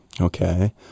Okay